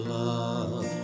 love